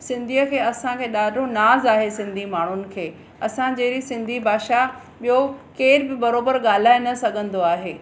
सिंधीअ खे असां ॾाढो नाज़ आहे सिंधी माण्हुनि खे असां जहिड़ी सिंधी भाषा ॿियो केर बि बराबरि ॻाल्हाइ न सघंदो आहे